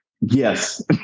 Yes